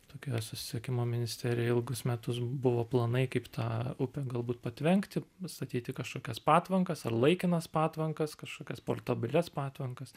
tokioje susisiekimo ministerijoj ilgus metus buvo planai kaip tą upę galbūt patvenkti n statyti kažkokias patvankas ar laikinas patvankas kažkokias portabilias patvankas